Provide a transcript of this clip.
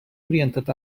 orientat